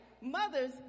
mothers